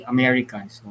Americans